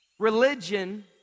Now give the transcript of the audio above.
Religion